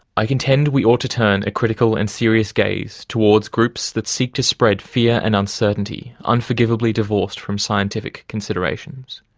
i contend we ought to turn a critical and serious gaze towards groups that seek to spread fear and uncertainty, unforgivably divorced from scientific considerations.